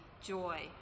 joy